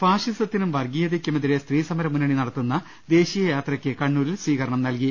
ഫാസിസത്തിനും വർഗീയതയ്ക്കുമെതിരെ സ്ത്രീസമര മുന്നണി നടത്തുന്ന ദേശീയ യാത്രയ്ക്ക് കണ്ണൂരിൽ സ്വീകർണം നൽകി